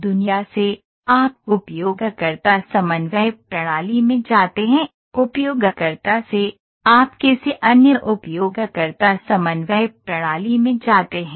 दुनिया से आप उपयोगकर्ता समन्वय प्रणाली में जाते हैं उपयोगकर्ता से आप किसी अन्य उपयोगकर्ता समन्वय प्रणाली में जाते हैं